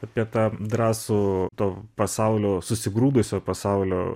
apie tą drąsų to pasaulio susigrūdusio pasaulio